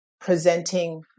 presenting